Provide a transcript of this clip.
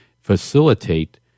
facilitate